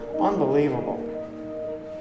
unbelievable